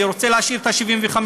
אני רוצה להשאיר את ה-75%,